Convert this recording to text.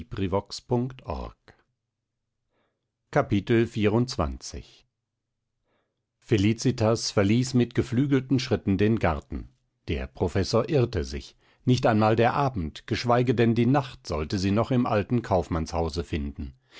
felicitas verließ mit geflügelten schritten den garten der professor irrte sich nicht einmal der abend geschweige denn die nacht sollte sie noch im alten kaufmannshause finden